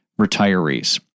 retirees